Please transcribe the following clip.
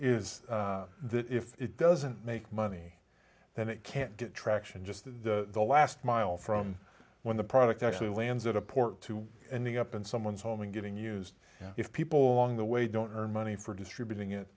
that if it doesn't make money then it can't get traction just the last mile from when the product actually lands at a port to ending up in someone's home and getting used if people along the way don't earn money for distributing it